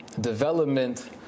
development